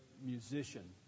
musician